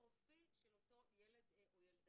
הפרופיל של אותו ילד או ילדה,